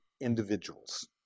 individuals